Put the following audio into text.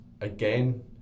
again